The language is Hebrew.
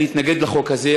אני אתנגד לחוק הזה,